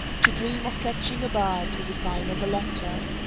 to dream of catching a bird is a sign of a letter.